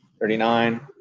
thirty nine,